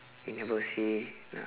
you never say na~